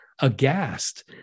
aghast